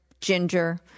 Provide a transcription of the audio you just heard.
ginger